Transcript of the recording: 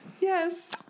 Yes